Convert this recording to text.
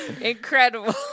Incredible